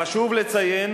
חשוב לציין